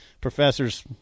Professors